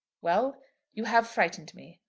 well you have frightened me.